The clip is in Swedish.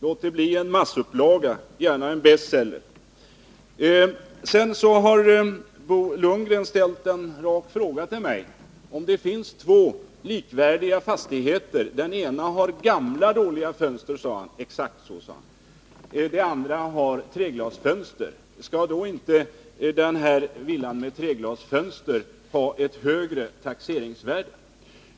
Låt det tryckas i en massupplaga, bli en bestseller! Bo Lundgren har ställt en rak fråga till mig. Om det finns två likvärdiga fastigheter och den ena har gamla, dåligt isolerade fönster — exakt så sade han — och den andra har treglasfönster, skall då inte villan med treglasfönster ha ett högre taxeringsvärde?